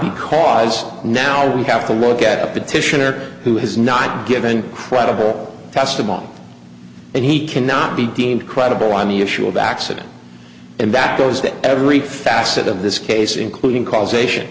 because now we have to look at a petitioner who has not given credible testimony and he cannot be deemed credible on the issue of accident and that goes to every facet of this case including causation